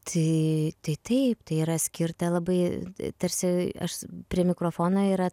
tai tai taip tai yra skirta labai tarsi aš prie mikrofono yra